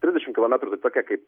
trisdešim kilometrų tai tokia kaip